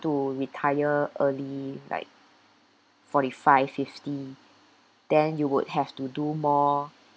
to retire early like forty five fifty then you would have to do more